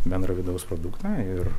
bendrą vidaus produktą ir